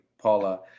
Paula